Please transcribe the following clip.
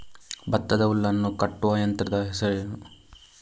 ಭತ್ತದ ಹುಲ್ಲನ್ನು ಕಟ್ಟುವ ಯಂತ್ರದ ಹೆಸರೇನು?